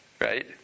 right